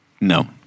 no